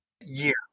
year